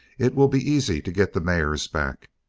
it will be easy to get the mares back.